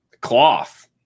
cloth